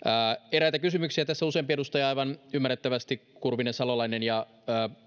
eräitä kysymyksiä tässä useampi edustaja aivan ymmärrettävästi kurvinen salolainen viitanen ja